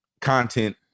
content